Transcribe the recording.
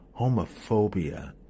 homophobia